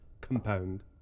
compound